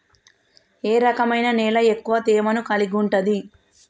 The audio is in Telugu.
ఏ రకమైన నేల ఎక్కువ తేమను కలిగుంటది?